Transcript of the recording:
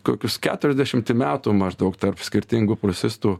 kokius keturiasdešimtį metų maždaug tarp skirtingų prūsistų